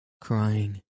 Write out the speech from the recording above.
crying